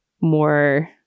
more